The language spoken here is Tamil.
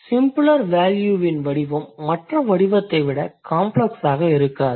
சிம்பிளர் வேல்யூவின் வடிவம் மற்ற வடிவத்தை விட காம்ப்ளக்ஸாக இருக்காது